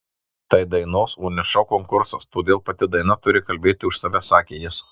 tai dainos o ne šou konkursas todėl pati daina turi kalbėti už save sakė jis